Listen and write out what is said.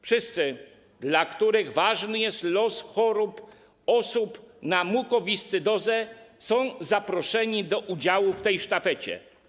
Wszyscy, dla których ważny jest los osób chorych na mukowiscydozę, są zaproszeni do udziału w tej sztafecie.